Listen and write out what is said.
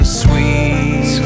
sweet